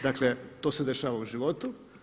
Dakle to se dešava u životu.